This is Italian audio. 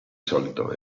solito